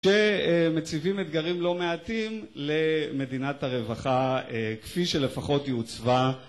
שמציבים אתגרים לא מעטים למדינת הרווחה כפי שלפחות היא עוצבה